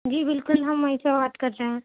جی بالکل ہم وہیں سے بات کر رہے ہیں